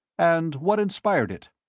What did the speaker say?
and what inspired it?